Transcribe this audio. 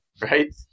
right